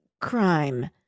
crime